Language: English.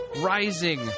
Rising